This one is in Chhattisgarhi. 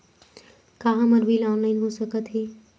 का हमर बिल ऑनलाइन हो सकत हे?